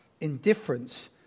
Indifference